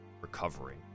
recovering